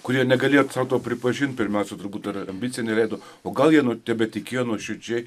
kurie negalėjo sau to pripažinti pirmiausia turbūt ir ambicija neleido o gal jie tebetikėjo nuoširdžiai